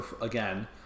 again